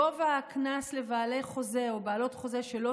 גובה הקנס לבעלי חוזה או בעלות חוזה שלא